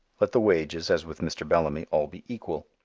let the wages as with mr. bellamy all be equal.